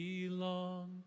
belong